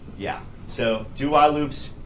yeah. so do-while loops,